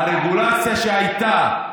הרגולציה שהייתה,